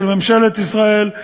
של ממשלת ישראל,